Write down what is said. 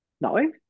no